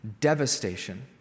devastation